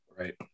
right